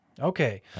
Okay